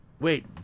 wait